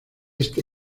este